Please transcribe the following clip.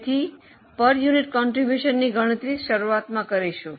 તેથી પ્રતિ એકમ ફાળોની ગણતરી શરૂઆતમાં કરીશું